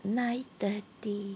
nine thirty